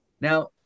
Now